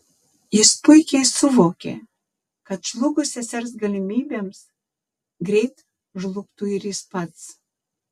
jis puikiai suvokė kad žlugus sesers galimybėms greit žlugtų ir jis pats